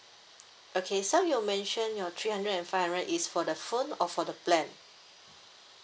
okay so you mentioned your three hundred and five hundred is for the phone or for the plan